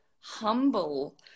humble